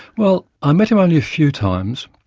well, i met him only a few times.